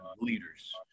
leaders